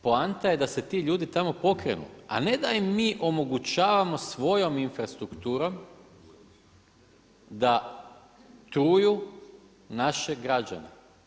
Poanta je da se ti ljudi tamo pokrenu, a ne da im mi omogućavamo svojom infrastrukturom da truju naše građane.